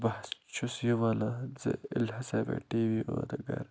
بہٕ حظ چھُس یہِ وَنان ژےٚ ییٚلہِ ہسا مےٚ ٹی وی اوٚن گَرٕ